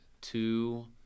two